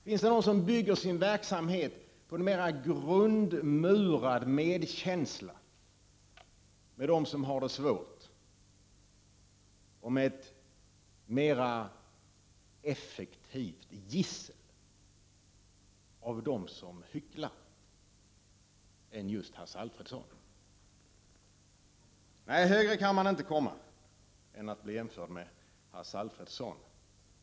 Finns det någon som bygger sin verksamhet på mera grundmurad medkänsla med dem som har det svårt och med ett mera effektivt gissel av dem som hycklar än just Hasse Alfredson? Nej, högre kan man inte komma än att bli jämförd med Hasse Alfredson.